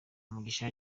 mugisha